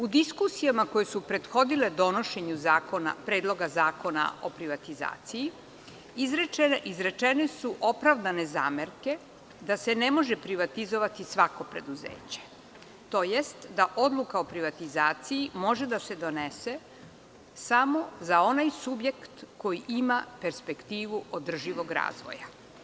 U diskusijama koje su prethodile donošenju Predloga zakona o privatizaciji, izrečene su opravdane zamerke da se ne može privatizovati svako preduzeće, tj. da odluka o privatizaciji može da se donese samo za onaj subjekt koji ima perspektivu održivog razvoja.